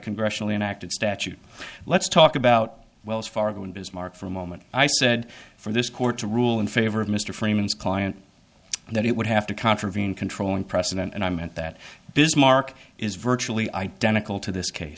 congressional enacted statute let's talk about wells fargo and bismarck for a moment i said for this court to rule in favor of mr freeman's client that it would have to contravene controlling precedent and i meant that bismarck is virtually identical to this case